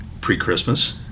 pre-Christmas